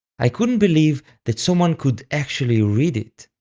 i couldn't believe that someone could actually read it.